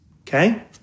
Okay